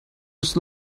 slow